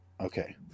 Okay